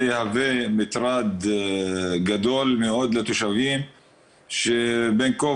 זה יהווה מטרד גדול מאוד לתושבים שבין כה